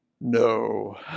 no